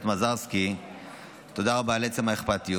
מזרסקי תודה רבה על עצם האכפתיות.